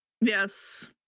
Yes